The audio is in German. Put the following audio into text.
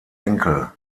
enkel